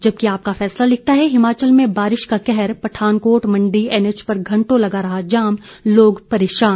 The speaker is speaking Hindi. जबकि आपका फैसला लिखता है हिमाचल में बारिश का कहर पठानकोट मंडी एनएच पर घंटों लगा रहा जाम लोग परेशान